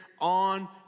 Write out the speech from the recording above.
on